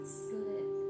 slip